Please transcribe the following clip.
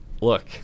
Look